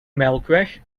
melkweg